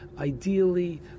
ideally